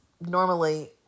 normally